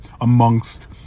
amongst